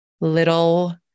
little